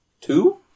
two